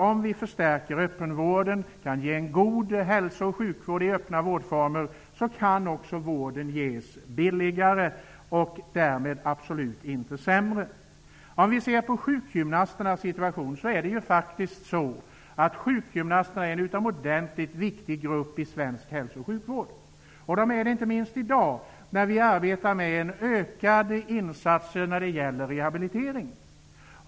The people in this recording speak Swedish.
Om vi förstärker öppenvården och kan ge en god hälsooch sjukvård i öppna vårdformer, kan vården ges billigare och blir därmed absolut inte sämre. Sjukgymnasterna är en utomordentligt viktig grupp i svensk hälso och sjukvård. De är viktiga inte minst i dag, i arbetet med ökade insatser för rehabilitering.